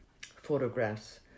photographs